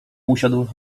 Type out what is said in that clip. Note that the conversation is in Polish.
usiadł